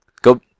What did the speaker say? go